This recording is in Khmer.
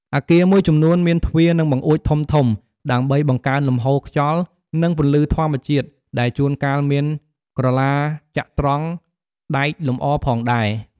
អគារមួយចំនួនមាន ទ្វារ និងបង្អួចធំៗ ដើម្បីបង្កើនលំហូរខ្យល់ និងពន្លឺធម្មជាតិ ដែលជួនកាលមានក្រឡាចត្រង្គដែកលម្អផងដែរ។